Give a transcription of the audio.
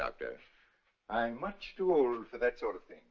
doctor much too old for that sort of thing